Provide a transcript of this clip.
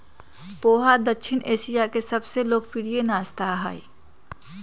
पोहा दक्षिण एशिया के सबसे लोकप्रिय नाश्ता हई